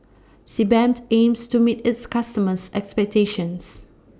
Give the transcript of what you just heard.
Sebamed aims to meet its customers' expectations